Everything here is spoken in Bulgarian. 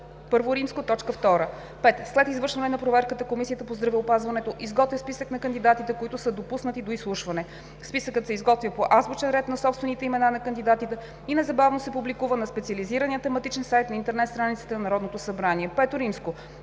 I, т. 2. 5. След извършване на проверката, Комисията по здравеопазването изготвя списък на кандидатите, които са допуснати до изслушване. Списъкът се изготвя по азбучен ред на собствените имена на кандидатите и незабавно се публикува на специализирания тематичен сайт на интернет страницата на Народното събрание. V.